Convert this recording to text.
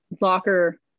locker